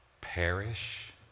perish